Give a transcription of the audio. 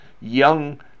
young